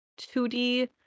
2D